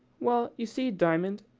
well, you see, diamond,